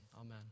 Amen